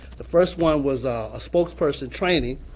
the first one was a spokesperson training,